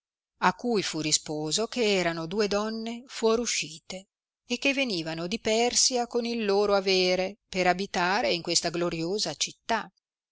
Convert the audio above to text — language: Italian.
a cui fu risposo che erano due donne fuoruscite e che venivano di persia con il loro avere per abitare in questa gloriosa città